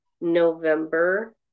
November